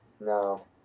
No